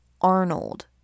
Arnold